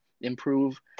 improve